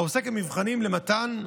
העוסק במבחנים למתן רישיון.